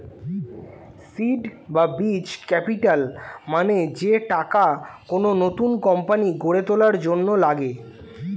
seed বা বীজ capital মানে যে টাকা কোন নতুন কোম্পানি গড়ে তোলার জন্য লাগে